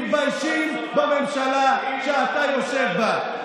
מתביישים בממשלה שאתה יושב בה.